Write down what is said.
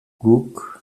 guk